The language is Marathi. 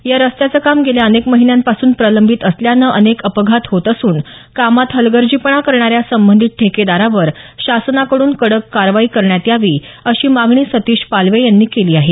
या रस्त्याचं काम गेल्या अनेक महिन्यांपासून प्रलंबित असल्यानं अनेक अपघात होत असून कामात हलगर्जीपणा करणाऱ्या संबंधित ठेकेदारावर शासनाकडून कडक कारवाई करण्यात यावी अशी मागणी सतीश पालवे यांनी केली आहे